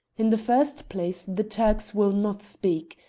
in the first place the turks will not speak.